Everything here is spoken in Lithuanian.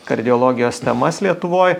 kardiologijos temas lietuvoj